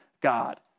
God